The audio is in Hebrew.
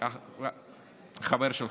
חבר שלך.